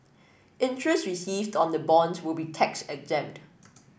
interest received on the bonds will be tax exempt